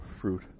fruit